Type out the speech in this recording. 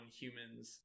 humans